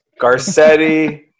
Garcetti